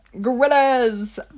Gorillas